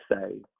say